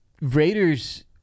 Raiders